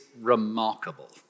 remarkable